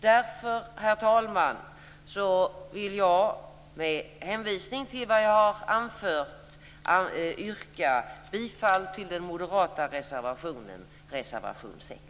Därför, herr talman, vill jag med hänvisning till vad jag har anfört yrka bifall till den moderata reservationen, reservation 6.